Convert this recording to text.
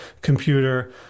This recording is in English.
computer